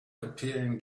appearing